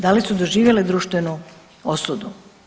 Da li su doživjele društvenu osudu?